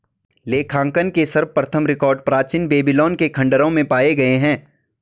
लेखांकन के सर्वप्रथम रिकॉर्ड प्राचीन बेबीलोन के खंडहरों में पाए गए हैं